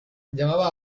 llamaba